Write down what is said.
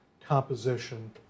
composition